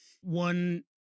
one